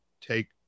take